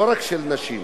לא רק של נשים,